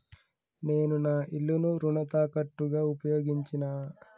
నేను నా ఇల్లును రుణ తాకట్టుగా ఉపయోగించినా